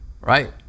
right